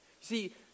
see